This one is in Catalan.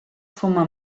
fuma